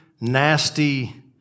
nasty